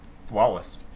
flawless